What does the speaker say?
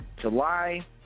July